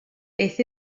beth